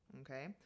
Okay